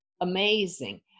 amazing